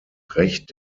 recht